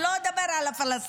אני לא אדבר על הפלסטינים,